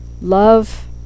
love